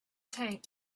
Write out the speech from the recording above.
tank